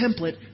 template